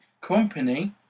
company